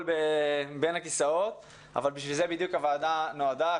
בין הכיסאות אבל בשביל זה בדיוק הוועדה נועדה,